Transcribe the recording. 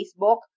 Facebook